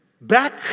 Back